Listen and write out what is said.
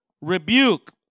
rebuke